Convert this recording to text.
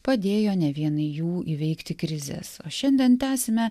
padėjo ne vienai jų įveikti krizes o šiandien tęsime